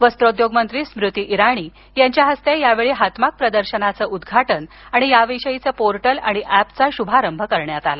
वस्त्रोद्योग मंत्री स्मृती इराणी यांच्या हस्ते यावेळी हातमाग प्रदर्शनाचं उद्घाटन आणि याविषयीचं पोर्टल आणि एपचा प्रारंभ करण्यात आला